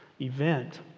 event